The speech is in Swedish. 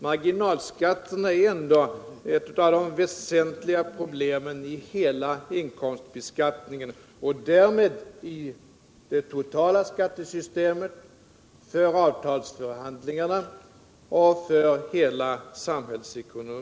Marginalskatterna är ändå ett av de väsentligaste problemen i hela inkomstbeskattningen och därmed i det totala skattesystemet, för avtalsförhandlingarna och för hela samhällsekonomin.